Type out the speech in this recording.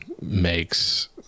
makes